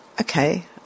okay